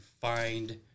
find